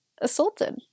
assaulted